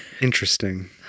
Interesting